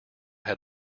had